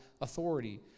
authority